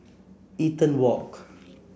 Eaton Walk